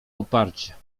uparcie